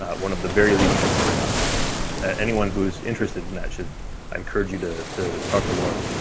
one of the very leading experts on that, and anyone who's interested in that should i encourage you to to talk to laura.